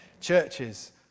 churches